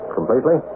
Completely